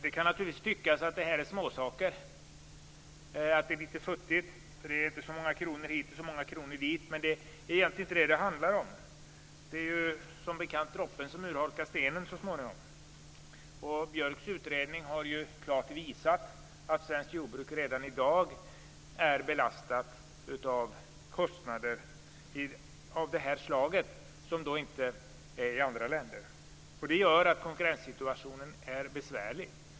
Det kan naturligtvis tyckas som om det här är småsaker och att det är litet futtigt. Det är inte så många kronor hit och dit, men det är egentligen inte det det handlar om. Som bekant urholkar droppen stenen så småningom. Björks utredning har klart visat att svenskt jordbruk redan i dag är belastat av kostnader av det här slaget, och det är man inte i andra länder. Det gör att konkurrenssituationen är besvärlig.